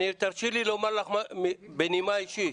תרשי לי לומר לך בנימה אישית,